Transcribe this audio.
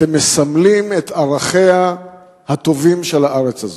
אתם מסמלים את ערכיה הטובים של הארץ הזו.